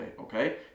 okay